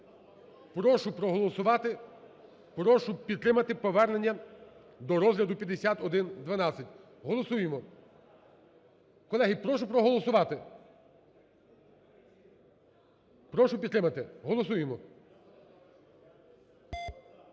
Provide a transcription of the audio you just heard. Прошу проголосувати, прошу підтримати повернення до розгляду 5112. Голосуємо. Колеги, прошу проголосувати. Прошу підтримати. Голосуємо.